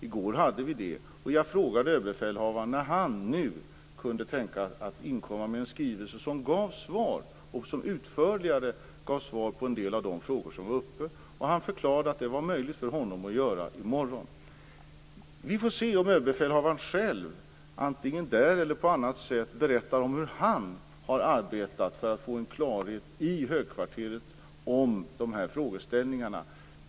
I går hade vi det, och jag frågade då när han kunde tänka sig att inkomma med en skrivelse som gav ett utförligare svar på en del av de frågor som var aktuella. Han förklarade att det var möjligt för honom att göra det till i morgon. Vi får se om överbefälhavaren själv, antingen i skrivelsen eller på annat sätt, berättar om hur han har arbetat för att få en klarhet om hur dessa frågeställningar har behandlats i högkvarteret.